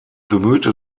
bemühte